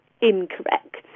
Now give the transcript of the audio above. incorrect